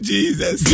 Jesus